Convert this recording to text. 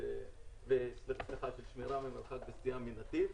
וסטייה מנתיב.